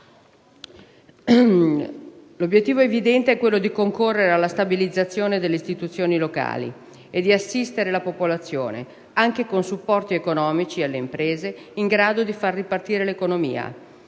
L'obiettivo evidente è quello di concorrere alla stabilizzazione delle istituzioni locali e di assistere la popolazione, anche con supporti economici alle imprese in grado di fare ripartire l'economia.